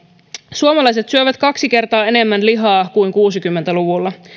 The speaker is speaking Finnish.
suomalaiset syövät kaksi kertaa enemmän lihaa kuin kuusikymmentä luvulla